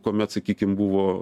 kuomet sakykim buvo